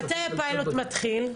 מתי הפיילוט מתחיל?